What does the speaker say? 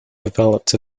developed